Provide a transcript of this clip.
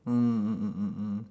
mm mm mm mm